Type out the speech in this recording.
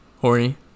Horny